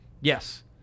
Yes